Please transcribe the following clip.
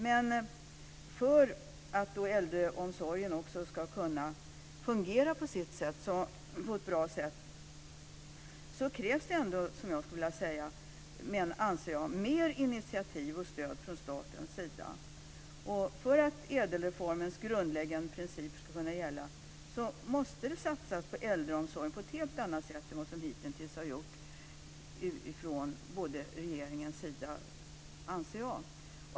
Men för att äldreomsorgen ska kunna fungera på ett bra sätt krävs det ändå, anser jag, mer initiativ och stöd från statens sida. För att ädelreformens grundläggande principer ska kunna gälla måste det satsas på äldreomsorgen på ett helt annat sätt än vad som hittills har gjorts från regeringens sida, anser jag.